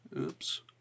Oops